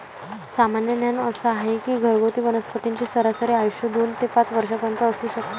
सामान्य ज्ञान असा आहे की घरगुती वनस्पतींचे सरासरी आयुष्य दोन ते पाच वर्षांपर्यंत असू शकते